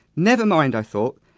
never mind, i thought,